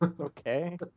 okay